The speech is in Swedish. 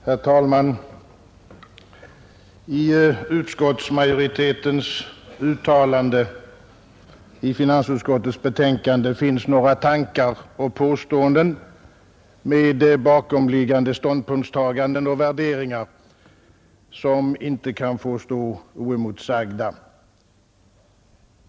Herr talman! I utskottsmajoritetens uttalande i finansutskottets betänkande finns några tankar och påståenden med bakomliggande ståndpunktstaganden och värderingar som inte kan få stå oemotsagda.